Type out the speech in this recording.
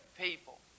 People